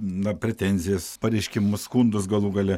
na pretenzijas pareiškimus skundus galų gale